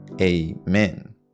Amen